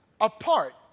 apart